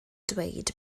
dweud